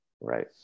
Right